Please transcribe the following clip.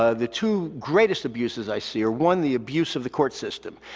ah the two greatest abuses i see are, one, the abuse of the court system.